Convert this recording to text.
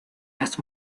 las